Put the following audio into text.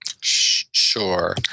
Sure